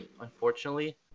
Unfortunately